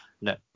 No